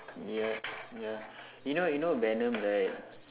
ya ya you know you know venom right